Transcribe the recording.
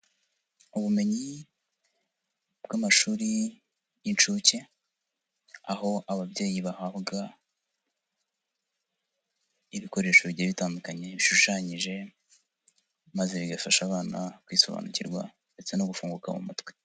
Ubumenyi bw'amashuri y'inshuke aho bahabwa ibikoresho bigiye bitandukanye bishushanyije, maze bigafasha abana kwisobanukirwa ndetse no gufunguka mu mutwe.